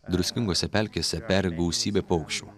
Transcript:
druskingose pelkėse peri gausybė paukščių